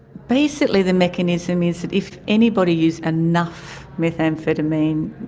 basically the mechanism is if anybody uses enough methamphetamine,